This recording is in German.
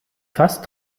fast